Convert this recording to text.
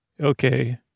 Okay